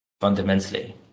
fundamentally